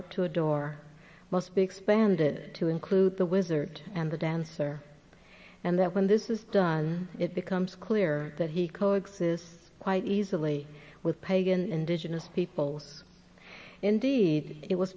up to adore must be expanded to include the wizard and the dancer and that when this is done it becomes clear that he coexist quite easily with pagan indigenous peoples indeed it was